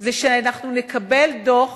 זה שאנחנו נקבל דוח